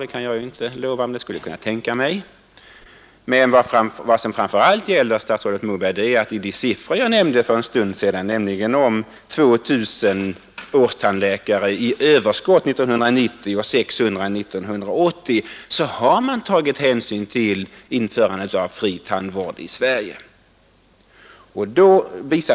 Det kan jag inte lova, men jag skulle kunna tänka mig det. Vad det här framför allt gäller är emellertid, att i det beräknade tandläkaröverskott som jag tidigare nämnde, 600 arstandläkare 1980 och 2 000 år 1990, har hänsyn tagits till införandet av fri tandvärd i Sverige.